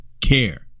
care